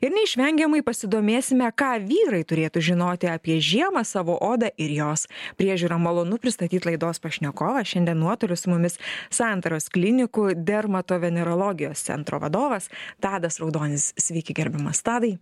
ir neišvengiamai pasidomėsime ką vyrai turėtų žinoti apie žiemą savo odą ir jos priežiūrą malonu pristatyt laidos pašnekovą šiandien nuotoliu su mumis santaros klinikų dermatovenerologijos centro vadovas tadas raudonis sveiki gerbiamas tadai